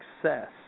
success